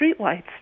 streetlights